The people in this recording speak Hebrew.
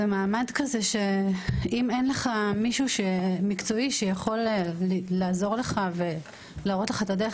זה מעמד כזה שאם אין לך מישהו מקצועי שיכול לעזור לך ולהראות את הדרך,